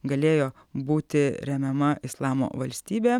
galėjo būti remiama islamo valstybė